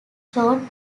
short